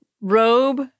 Robe